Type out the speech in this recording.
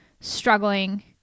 struggling